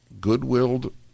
good-willed